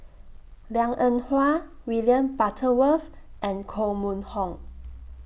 Liang Eng Hwa William Butterworth and Koh Mun Hong